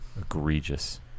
Egregious